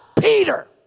Peter